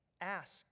Ask